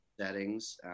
settings